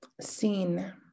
seen